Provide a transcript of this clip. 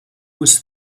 was